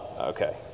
Okay